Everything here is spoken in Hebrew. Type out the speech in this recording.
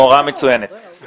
מורה מצוינת.